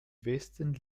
westen